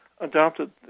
adopted